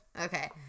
okay